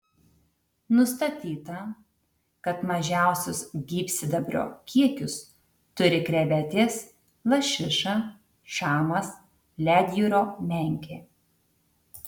nustatyta kad mažiausius gyvsidabrio kiekius turi krevetės lašiša šamas ledjūrio menkė